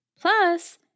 Plus